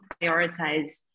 prioritize